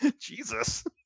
jesus